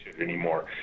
anymore